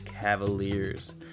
Cavaliers